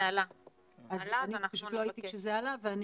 זה עלה ואנחנו נבקש --- אז אני פשוט לא הייתי כשזה עלה ואני